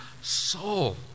soul